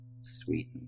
sweet